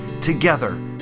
together